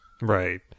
Right